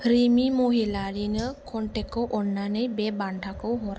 रिमि महिलारिनो कनटेक्टखौ अन्नानै बे बान्थाखौ हर